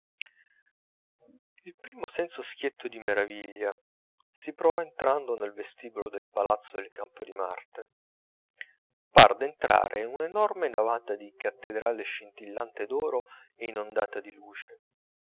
il primo senso schietto di meraviglia si prova entrando nel vestibolo del palazzo del campo di marte par d'entrare in una enorme navata di cattedrale scintillante d'oro e innondata di luce